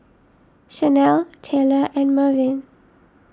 Shanell Taylor and Mervyn